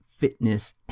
Fitness